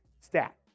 stat